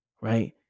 right